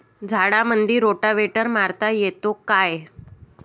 झाडामंदी रोटावेटर मारता येतो काय?